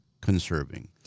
conserving